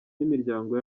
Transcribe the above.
n’imiryango